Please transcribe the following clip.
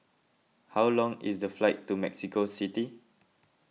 how long is the flight to Mexico City